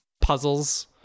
puzzles